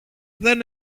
δεν